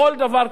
בכל דבר,